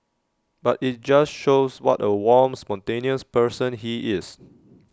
but IT just shows what A warm spontaneous person he is